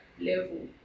level